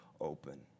open